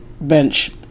bench